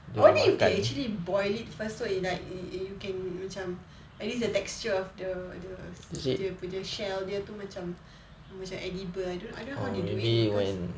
only if they actually boil it first so it like it it it can macam at least the texture of the the dia punya shell macam edible I don't I don't know how they do it because